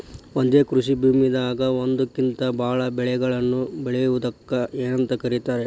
ಒಂದೇ ಕೃಷಿ ಭೂಮಿದಾಗ ಒಂದಕ್ಕಿಂತ ಭಾಳ ಬೆಳೆಗಳನ್ನ ಬೆಳೆಯುವುದಕ್ಕ ಏನಂತ ಕರಿತಾರೇ?